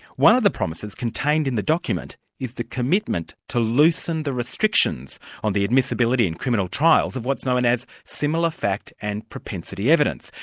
one of the promises contained in the document is the commitment to loosen the restrictions on the admissibility in criminal trials of what's known as similar fact and propensity evidence.